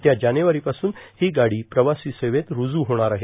येत्या जानेवारीपासून हां गाडी प्रवासी सेवेत रुजू होणार आहे